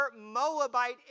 Moabite